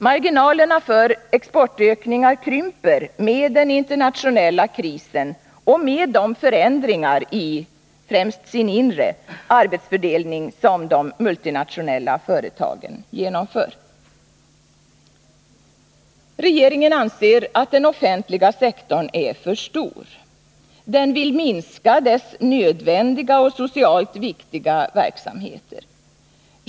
Marginalerna för exportökningar krymper med den internationella krisen och med de förändringar i — främst sin inre — arbetsfördelning som de multinationella företagen genomför. Regeringen anser att den offentliga sektorn är för stor. Den vill minska dess nödvändiga och socialt viktiga verksamhet.